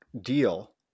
deal